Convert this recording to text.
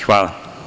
Hvala.